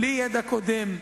בלי ידע קודם.